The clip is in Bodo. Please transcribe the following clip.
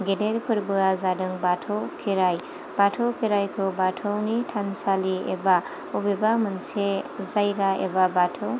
गेदेर फोरबोआ जादों बाथौ खेराइ बाथौ खेराइखौ बाथौनि थानसालि एबा अबेबा मोनसे जायगा एबा बाथौ